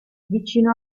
vicino